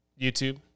YouTube